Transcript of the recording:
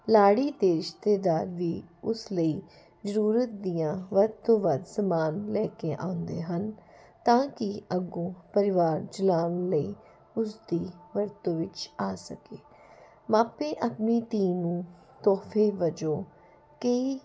ਲਾੜੀ ਦੇ ਰਿਸ਼ਤੇਦਾਰ ਵੀ ਉਸ ਲਈ ਜ਼ਰੂਰਤ ਦੀਆਂ ਵੱਧ ਤੋਂ ਵੱਧ ਸਮਾਨ ਲੈ ਕੇ ਆਉਂਦੇ ਹਨ ਤਾਂ ਕਿ ਅੱਗੋਂ ਪਰਿਵਾਰ ਚਲਾਉਣ ਲਈ ਉਸਦੀ ਵਰਤੋਂ ਵਿੱਚ ਆ ਸਕੇ ਮਾਪੇ ਆਪਣੀ ਧੀ ਨੂੰ ਤੋਹਫ਼ੇ ਵਜੋਂ ਕਈ